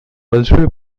большую